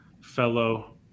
fellow